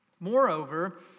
Moreover